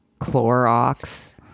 Clorox